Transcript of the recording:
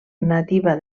nativa